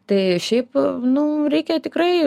tai šiaip nu reikia tikrai